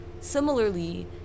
similarly